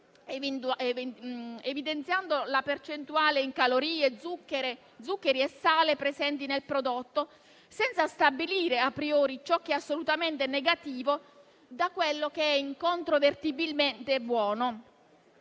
evidenziando la percentuale in calorie, zuccheri e sale presenti nel prodotto, senza stabilire a priori ciò che è assolutamente negativo da quello che è incontrovertibilmente buono.